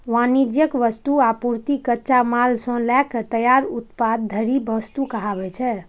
वाणिज्यिक वस्तु, आपूर्ति, कच्चा माल सं लए के तैयार उत्पाद धरि वस्तु कहाबै छै